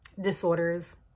disorders